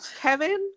Kevin